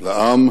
לעם